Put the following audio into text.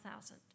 thousand